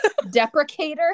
Deprecator